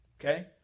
Okay